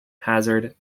hazard